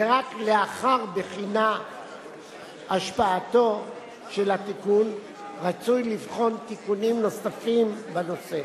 ורק לאחר בחינת השפעתו של התיקון רצוי לבחון תיקונים נוספים בנושא.